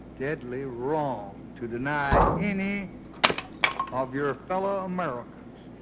deadly wrong, to deny any of your fellow americans